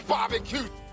Barbecue